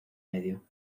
medio